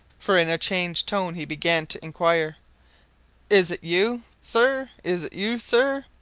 for in a changed tone he began to inquire is it you, sir? is it you, sir?